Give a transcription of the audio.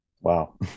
wow